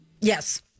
Yes